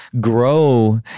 grow